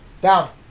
down